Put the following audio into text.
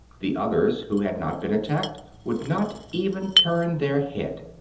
the others who had not been attacked would not even turn their head.